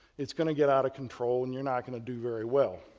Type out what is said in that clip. it's going to get out of control and you're not going to do very well.